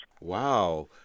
Wow